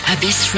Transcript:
Abyss